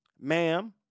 ma'am